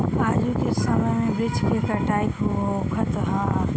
आजू के समय में वृक्ष के कटाई खूब होखत हअ